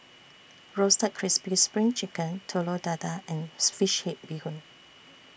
Roasted Crispy SPRING Chicken Telur Dadah and Fish Head Bee Hoon